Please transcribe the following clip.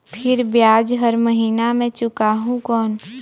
फिर ब्याज हर महीना मे चुकाहू कौन?